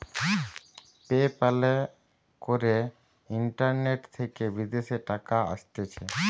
pay প্যালে করে internet থেকে বিদেশের টাকা আসতিছে